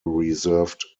reserved